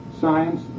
science